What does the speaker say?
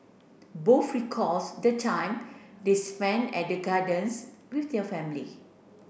both recalls the time they spent at the gardens with their family